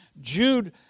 Jude